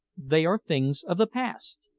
they are things of the past.